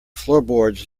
floorboards